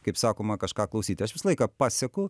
kaip sakoma kažką klausyti aš visą laiką paseku